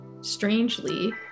strangely